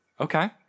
Okay